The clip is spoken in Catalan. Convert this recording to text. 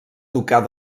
tocar